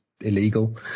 illegal